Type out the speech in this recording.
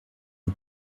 die